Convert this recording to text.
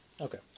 Okay